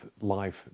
life